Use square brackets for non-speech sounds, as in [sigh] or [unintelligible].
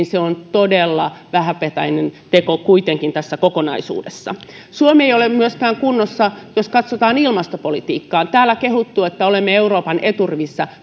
[unintelligible] se on todella vähäpätöinen teko kuitenkin tässä kokonaisuudessa kun katsotaan mittasuhteita suomi ei ole myöskään kunnossa jos katsotaan ilmastopolitiikkaa täällä on kehuttu että olemme euroopan eturivissä [unintelligible]